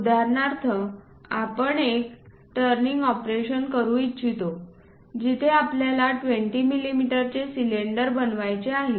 उदाहरणार्थ आपण एक टर्निंग ऑपरेशन करू इच्छितो जिथे आपल्याला 20 मिमीचे सिलेंडर बनवायचे आहे